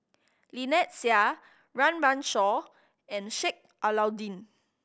Lynnette Seah Run Run Shaw and Sheik Alau'ddin